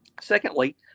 Secondly